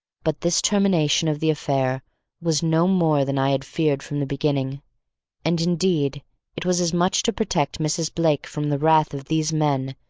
but this termination of the affair was no more than i had feared from the beginning and indeed it was as much to protect mrs. blake from the wrath of these men,